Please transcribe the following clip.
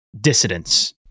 dissidents